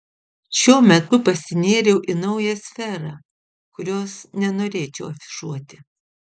šiuo metu pasinėriau į naują sferą kurios nenorėčiau afišuoti